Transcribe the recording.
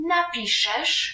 Napiszesz